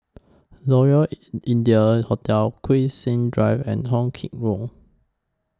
Royal in India Hotel Zubir Said Drive and Hong Kee Road